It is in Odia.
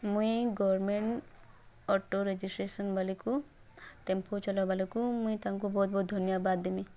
ମୁଇଁ ଗର୍ମେଣ୍ଟ୍ ଅଟୋ ରେଜିଷ୍ଟ୍ରେସନ୍ ବାଲିକୁ ଟେମ୍ପୁ ଚଲା ବାଲିକୁ ମୁଇ୍ଁ ତାଙ୍କୁ ବହୁତ୍ ବହୁତ୍ ଧନ୍ୟବାଦ୍ ଦେମିଁ